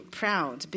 proud